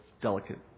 delicate